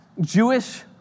Jewish